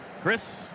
Chris